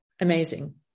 amazing